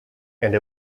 and